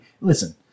listen